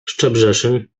szczebrzeszyn